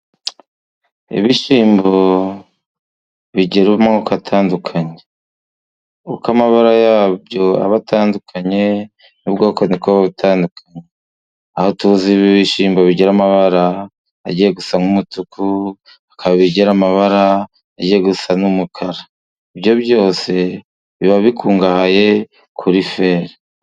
Ibishyimbo bigira amoko atandukanye, uko amabara yabyo aba atandukanye n'ubwoko niko buba butandukanye, aho tuzi ibishyimbo bigira amabara agiye gusa nk'umutuku, hakaba ibigira amabara agiye gusa n'umukara ,ibyo byose biba bikungahaye kuri feri.